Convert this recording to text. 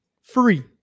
Free